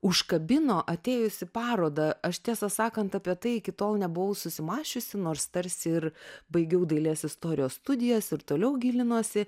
užkabino atėjus į parodą aš tiesą sakant apie tai iki tol nebuvau susimąsčiusi nors tarsi ir baigiau dailės istorijos studijas ir toliau gilinuosi